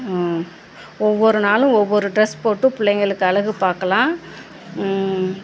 ஒவ்வொரு நாளும் ஒவ்வொரு ட்ரெஸ் போட்டு பிள்ளைங்களுக்கு அழகு பார்க்கலாம்